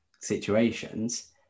situations